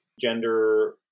gender